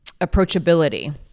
approachability